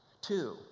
Two